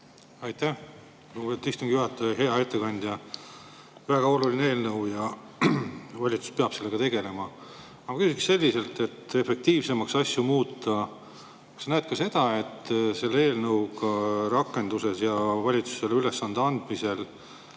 juhataja! Hea ettekandja! Väga oluline eelnõu ja valitsus peab sellega tegelema. Aga küsin selliselt: et asju efektiivsemaks muuta, kas sa näed ka seda, et selle eelnõu rakendudes ja valitsusele ülesande andmisel